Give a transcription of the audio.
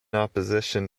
opposition